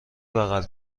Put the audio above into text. بغل